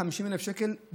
150,000 שקל,